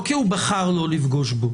לא כי הוא בחר לא לפגוש בו